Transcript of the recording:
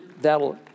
that'll